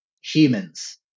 humans